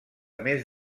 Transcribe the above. més